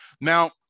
Now